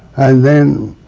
and then